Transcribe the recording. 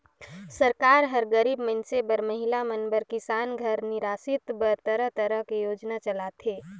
सरकार हर गरीब मइनसे बर, महिला मन बर, किसान घर निरासित बर तरह तरह के योजना चलाथे